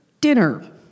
Dinner